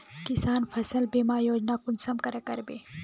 किसान फसल बीमा योजना कुंसम करे करबे?